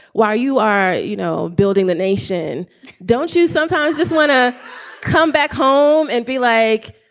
why you are. you know, building the nation don't you sometimes just want to come back home and be like,